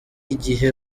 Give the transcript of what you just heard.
igihe